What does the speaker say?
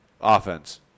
Offense